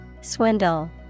Swindle